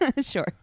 Sure